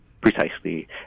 Precisely